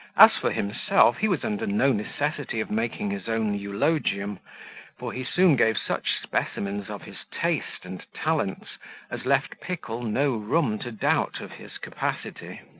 as for himself, he was under no necessity of making his own eulogium for he soon gave such specimens of his taste and talents as left pickle no room to doubt of his capacity.